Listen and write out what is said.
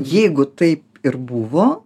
jeigu taip ir buvo